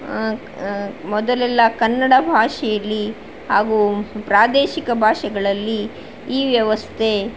ಮೊದಲೆಲ್ಲಾ ಕನ್ನಡ ಭಾಷೆಯಲ್ಲಿ ಹಾಗೂ ಪ್ರಾದೇಶಿಕ ಭಾಷೆಗಳಲ್ಲಿ ಈ ವ್ಯವಸ್ಥೆ